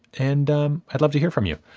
and i'd love to hear from you.